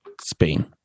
Spain